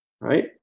right